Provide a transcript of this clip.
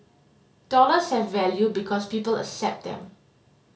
dollars have value because people accept them